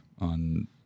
on